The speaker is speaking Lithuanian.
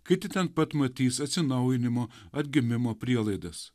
kiti ten pat matys atsinaujinimo atgimimo prielaidas